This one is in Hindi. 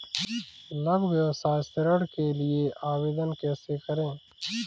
लघु व्यवसाय ऋण के लिए आवेदन कैसे करें?